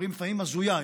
אומרים לפעמים הזויה,